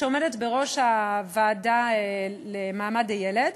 שעומדת בראש הוועדה לזכויות הילד,